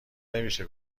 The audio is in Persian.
نمیشه